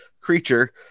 creature